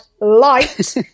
light